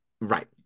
right